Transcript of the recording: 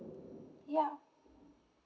ya